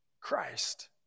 Christ